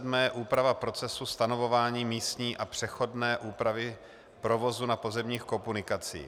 7. úprava procesu stanovování místní a přechodné úpravy provozu na pozemních komunikacích.